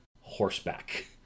horseback